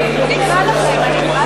2. אם כן,